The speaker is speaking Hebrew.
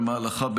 במהלכה,